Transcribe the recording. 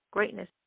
Greatness